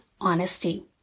honesty